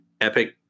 Epic